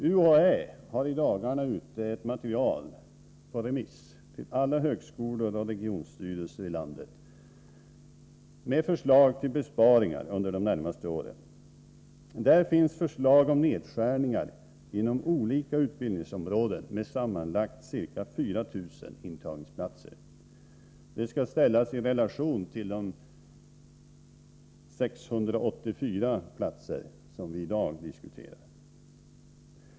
UHÄ har i dagarna sänt ut ett material på remiss till alla högskolor och regionstyrelser i landet med förslag till besparingar under de närmaste åren. Där finns förslag om nedskärningar inom olika utbildningsområden med sammanlagt ca 4 000 intagningsplatser. Det skall ställas i relation till de 684 platser som vi i dag diskuterar.